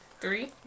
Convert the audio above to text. Three